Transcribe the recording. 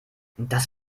das